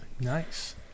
Nice